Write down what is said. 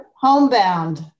homebound